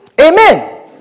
Amen